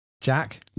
Jack